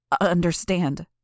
understand